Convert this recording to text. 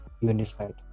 unified